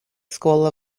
school